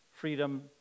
freedom